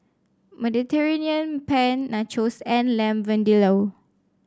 Mediterranean Penne Nachos and Lamb Vindaloo